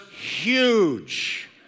huge